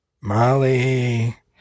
Molly